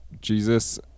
Jesus